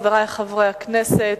חברי חברי הכנסת,